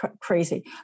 crazy